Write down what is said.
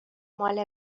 مال